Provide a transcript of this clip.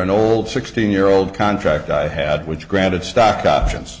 an old sixteen year old contract i had which granted stock options